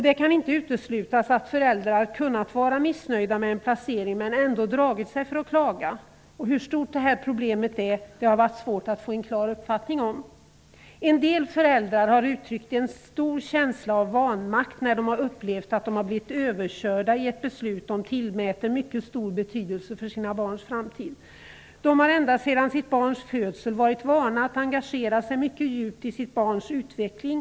Det kan inte uteslutas att föräldrar har kunnat vara missnöjda med en placering men ändå dragit sig för att klaga. Hur stort problemet är har varit svårt att få en klar uppfattning om. En del föräldrar har uttryckt en stor känsla av vanmakt när de har upplevt att de blivit överkörda i ett beslut de tillmäter mycket stor betydelse för sina barns framtid. De har ända sedan barnens födsel varit vana vid att engagera sig mycket djupt i barnens utveckling.